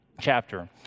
chapter